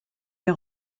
les